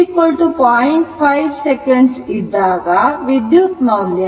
5 second ಇದ್ದಾಗ ವಿದ್ಯುತ್ ಮೌಲ್ಯ 2